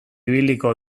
ibiliko